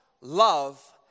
love